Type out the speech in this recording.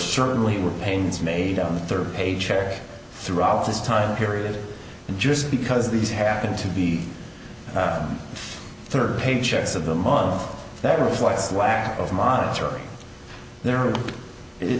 certainly were pains made on the third paycheck throughout this time period and just because these happen to be the third paychecks of the month that reflects the lack of monitoring there